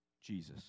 Jesus